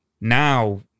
now